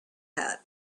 had